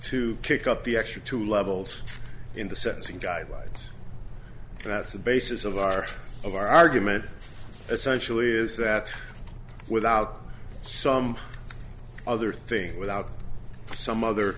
to kick up the extra two levels in the sentencing guidelines and that's the basis of our of our argument essentially is that without some other thing without some other